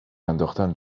انداختن